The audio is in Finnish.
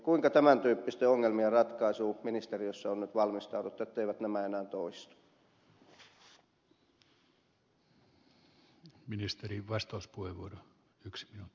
kuinka tämän tyyppisten ongel mien ratkaisuun ministeriössä on nyt valmistauduttu etteivät nämä enää toistu